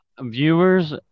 Viewers